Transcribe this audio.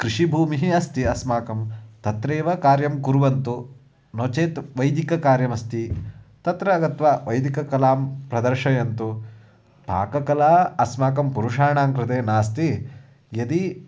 कृषिभूमिः अस्ति अस्माकं तत्रैव कार्यं कुर्वन्तु नो चेत् वैदिककार्यमस्ति तत्र गत्वा वैदिककलां प्रदर्शयन्तु पाककला अस्माकं पुरुषाणां कृते नास्ति यदि